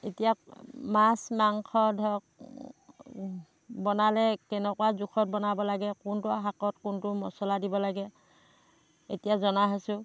এতিয়া মাছ মাংস ধৰক বনালে কেনেকুৱা জোখত বনাব লাগে কোনটো শাকত কোনটো মছলা দিব লাগে এতিয়া জনা হৈছোঁ